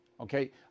okay